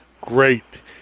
Great